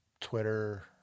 Twitter